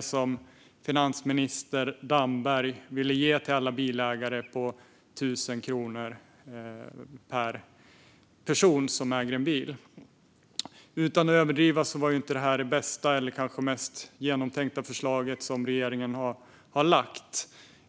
som finansminister Damberg ville ge till alla bilägare - 1 000 kronor per person som äger en bil. Utan att överdriva var detta kanske inte det bästa eller mest genomtänkta förslag som regeringen lagt fram.